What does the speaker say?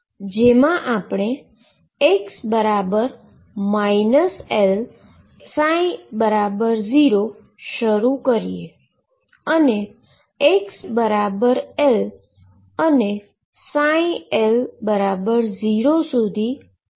જેમા આપણે x L ψ0 શરૂ કરીએ અને xL અને L0 સુધી આગળ વધી શકીએ છીએ